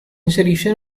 inserisce